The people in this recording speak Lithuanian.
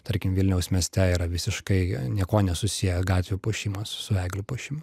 tarkim vilniaus mieste yra visiškai niekuo nesusiję gatvių puošimas su eglių puošimu